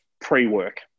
pre-work